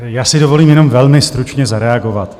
Já si dovolím jenom velmi stručně zareagovat.